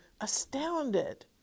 astounded